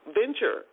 venture